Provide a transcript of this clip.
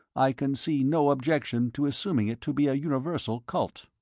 i can see no objection to assuming it to be a universal cult.